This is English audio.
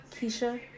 Keisha